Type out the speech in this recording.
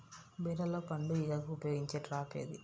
బీరలో పండు ఈగకు ఉపయోగించే ట్రాప్ ఏది?